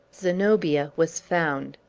zenobia was found!